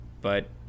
But